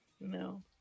No